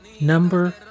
Number